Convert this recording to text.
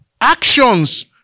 actions